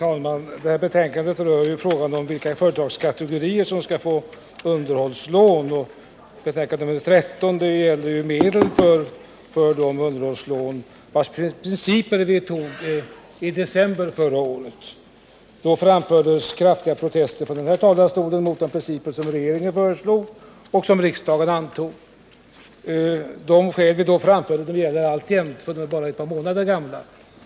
Herr talman! Betänkandet nr 12 rör frågan om vilka företagskategorier som skall få underhållslån, och betänkandet nr 13 gäller medel för de underhållslån vilkas principer vi fastställde i december förra året. Då framfördes från den här talarstolen kraftiga protester mot de principer som regeringen föreslog och riksdagen antog. De skäl vi då framförde gäller alltjämt — de är ju bara ett par månader gamla.